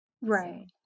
right